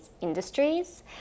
industries